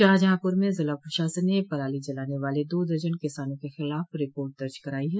शाहजहांपुर में जिला प्रशासन ने पराली जलाने वाले दो दर्जन किसानों के खिलाफ रिपोर्ट दर्ज करायी है